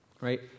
right